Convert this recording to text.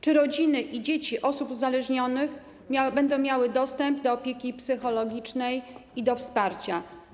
Czy rodziny i dzieci osób uzależnionych będą miały dostęp do opieki psychologicznej i wsparcia?